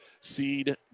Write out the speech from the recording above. seed